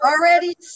already